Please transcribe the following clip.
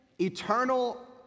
eternal